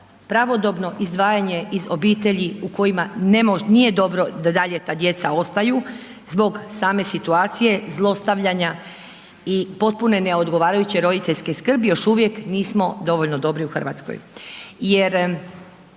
pravodobno izdvajanje iz obitelji u kojima nije dobro da dalje ta djeca ostaju, zbog same situacije zlostavljanje i potpune neodgovarajuće roditeljske skrbi, još uvijek nismo dovoljno dobri u Hrvatskoj